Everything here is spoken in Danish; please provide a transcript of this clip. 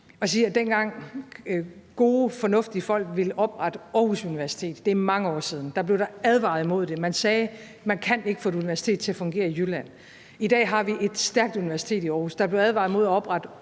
at sige, at dengang gode, fornuftige folk ville oprette Aarhus Universitet – det er mange år siden – blev der advaret imod det. Man sagde: Man kan ikke få et universitet til at fungere i Jylland. I dag har vi et stærkt universitet i Aarhus. Der blev advaret imod at oprette